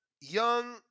Young